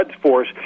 Force